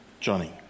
Johnny